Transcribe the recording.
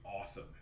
awesome